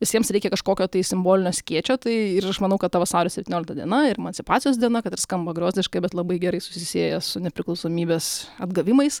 visiems reikia kažkokio tai simbolinio skėčio tai ir aš manau kad ta vasario septyniolika diena ir emancipacijos diena kad skamba griozdiškai bet labai gerai susisieja su nepriklausomybės atgavimais